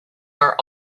are